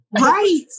Right